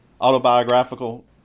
autobiographical